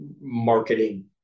marketing